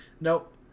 Nope